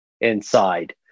inside